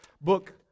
book